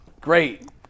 Great